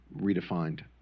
redefined